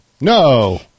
No